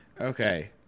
Okay